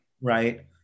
Right